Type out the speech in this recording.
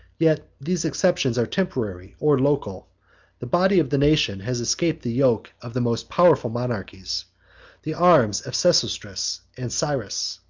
yet these exceptions are temporary or local the body of the nation has escaped the yoke of the most powerful monarchies the arms of sesostris and cyrus,